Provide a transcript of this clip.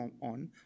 on